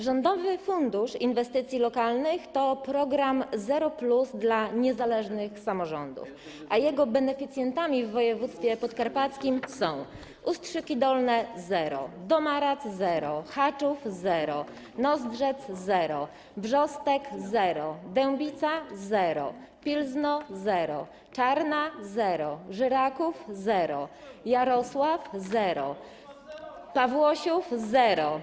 Rządowy Fundusz Inwestycji Lokalnych to program zero+ dla niezależnych samorządów, a jego beneficjentami w województwie podkarpackim są: Ustrzyki Dolne - zero, Domaradz - zero, Haczów - zero, Nozdrzec - zero, Brzostek - zero, Dębica - zero, Pilzno - zero, Czarna - zero, Żyraków - zero, Jarosław - zero, Pawłosiów - zero.